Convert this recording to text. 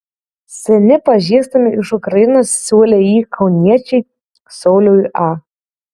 seni pažįstami iš ukrainos siūlė jį kauniečiui sauliui a